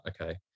okay